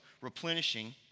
replenishing